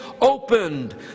opened